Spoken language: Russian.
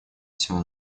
всего